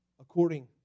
according